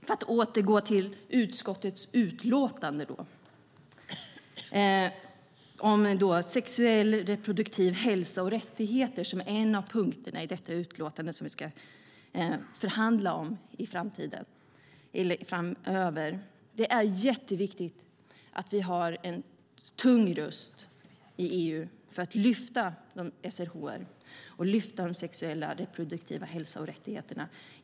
För att återgå till utskottets utlåtande är sexuell och reproduktiv hälsa och rättigheter en av punkterna i detta utlåtande som vi ska förhandla om framöver. Det är jätteviktigt att vi har en tung röst i EU för att lyfta fram SRHR, sexuell och reproduktiv hälsa och rättigheter.